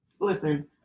Listen